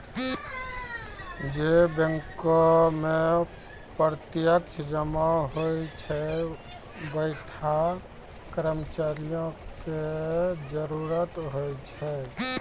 जै बैंको मे प्रत्यक्ष जमा होय छै वैंठा कर्मचारियो के जरुरत होय छै